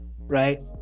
right